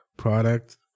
product